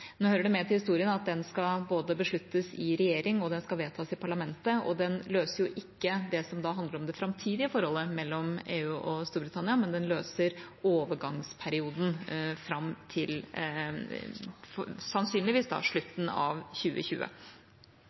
Nå hører det med til historien at den skal både besluttes i regjering og vedtas i parlamentet. Den løser heller ikke det som handler om det framtidige forholdet mellom EU og Storbritannia, men den løser overgangsperioden fram til – sannsynligvis – slutten av 2020.